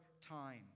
time